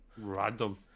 Random